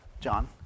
John